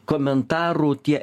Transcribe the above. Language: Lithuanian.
komentarų tie